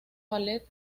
ballet